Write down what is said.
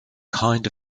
kind